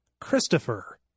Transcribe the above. Christopher